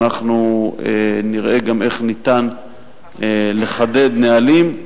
אנחנו נראה גם איך ניתן לחדד נהלים.